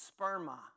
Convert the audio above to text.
sperma